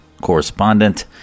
Correspondent